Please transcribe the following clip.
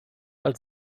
als